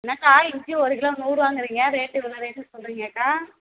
என்னாக்கா இஞ்சி ஒரு கிலோ நூறுவாங்குறீங்க ரேட்டு இன்ன ரேட்டுக்கு சொல்கிறீங்கக்கா